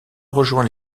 rejoint